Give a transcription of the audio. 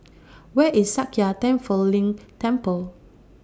Where IS Sakya Tenphel Ling Temple